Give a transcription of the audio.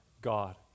God